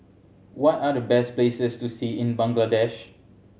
what are the best places to see in Bangladesh